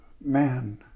man